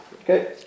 Okay